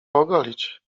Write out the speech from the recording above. ogolić